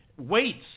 weights